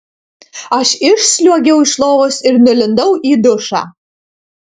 aš išsliuogiau iš lovos ir nulindau į dušą